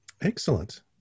Excellent